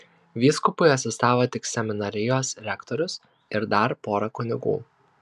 vyskupui asistavo tik seminarijos rektorius ir dar pora kunigų